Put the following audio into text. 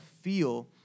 feel